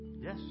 Yes